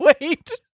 wait